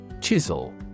Chisel